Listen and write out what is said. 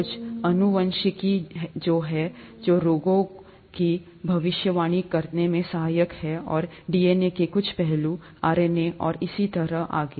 कुछ आनुवंशिकी जो हैं जो रोगों की भविष्यवाणी करने में सहायक है और डीएनए के कुछ पहलू आरएनए और इसी तरह आगे